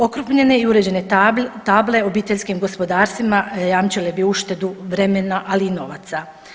Okrupljene i uređene table obiteljskim gospodarstvima jamčile bi uštedu vremena ali i novaca.